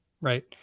Right